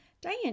Diane